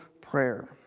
prayer